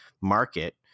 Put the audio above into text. market